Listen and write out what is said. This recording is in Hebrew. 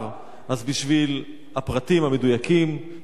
אז בשביל הפרטים המדויקים, נכון,